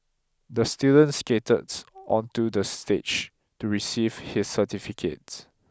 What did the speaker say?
the student skated onto the stage to receive his certificate